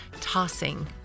tossing